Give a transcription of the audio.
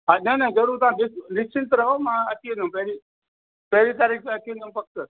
हा न न ज़रूरु तव्हां निश्चिंत रहो मां अची वेंदुमि पहिरीं पहिरीं तारीख़ ते अची वेंदुमि पक